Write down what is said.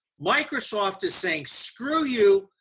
microsoft is saying screw you,